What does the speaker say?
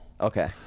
Okay